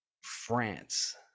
france